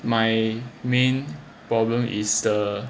my main problem is the